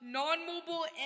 non-mobile